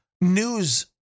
news